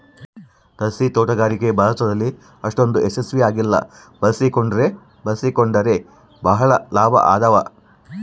ತಾರಸಿತೋಟಗಾರಿಕೆ ಭಾರತದಲ್ಲಿ ಅಷ್ಟೊಂದು ಯಶಸ್ವಿ ಆಗಿಲ್ಲ ಬಳಸಿಕೊಂಡ್ರೆ ಬಳಸಿಕೊಂಡರೆ ಬಹಳ ಲಾಭ ಅದಾವ